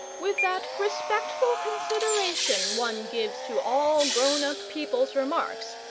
with that respectful consideration one gives to all grown-up people's remarks,